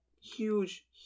huge